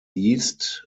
east